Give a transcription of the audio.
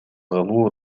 кылуу